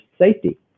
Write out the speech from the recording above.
safety